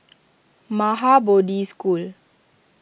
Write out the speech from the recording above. Maha Bodhi School